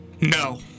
No